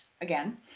again